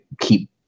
keep